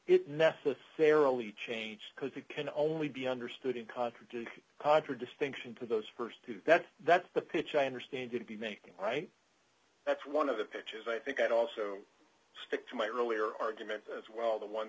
it necessarily change because it can only be understood in contradiction contradistinction to those st two that that's the pitch i understand to be making right that's one of the pitches i think i'd also stick to my earlier argument as well the one